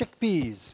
chickpeas